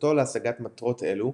לתפישתו להשגת מטרות אלו,